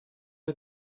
are